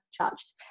charged